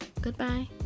Goodbye